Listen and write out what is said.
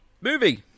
movie